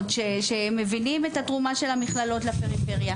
שמבינים את התרומה של המכללות לפריפריה,